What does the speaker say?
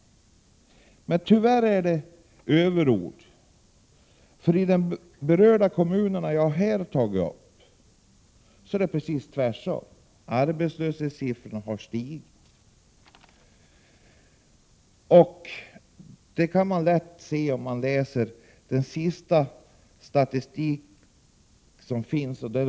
Tyvärr är det överord. I de av mig berörda kommunerna förhåller det sig nämligen på precis motsatt vis. Arbetslöshetssiffrorna har stigit. Det kan man lätt se när man läser den senaste statistiken.